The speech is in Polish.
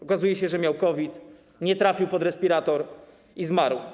Okazuje się, że miał COVID, nie trafił pod respirator i zmarł.